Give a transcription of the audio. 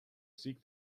seek